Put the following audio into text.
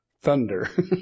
Thunder